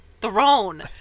throne